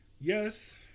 yes